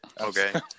Okay